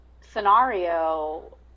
scenario